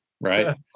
right